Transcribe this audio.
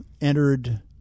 entered